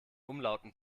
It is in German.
umlauten